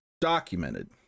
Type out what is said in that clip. documented